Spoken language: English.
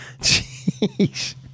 Jeez